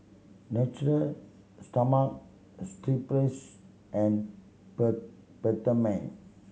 Natura Stoma strip place and per Peptamen